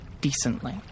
decently